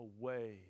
away